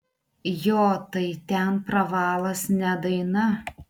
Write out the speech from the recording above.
jo tai ten pravalas ne daina